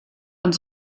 und